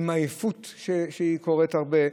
עם עייפות, שקורית הרבה.